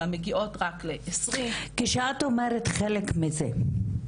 אלא מגיעות רק ל-20 -- כשאת אומרת חלק מזה.